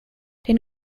den